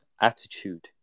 attitude